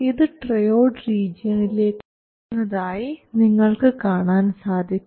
ഇത് ട്രയോഡ് റീജിയണിലേക്ക് പോകുന്നതായി നിങ്ങൾക്ക് കാണാൻ സാധിക്കും